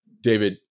David –